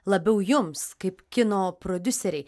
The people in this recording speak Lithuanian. labiau jums kaip kino prodiuserei